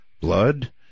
Blood